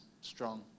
strong